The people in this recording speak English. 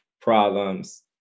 problems